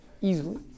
easily